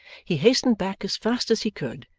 he hastened back as fast as he could,